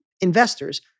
investors